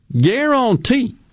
guarantee